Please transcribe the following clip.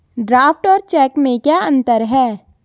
Draft और cheque में क्या अंतर है?